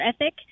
ethic